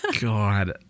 god